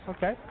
Okay